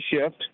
shift